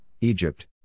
Egypt